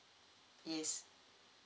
yes